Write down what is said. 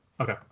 Okay